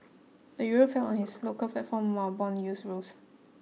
the Euro fell on his local platform while bond yields rose